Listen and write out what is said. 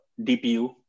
dpu